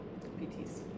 PTs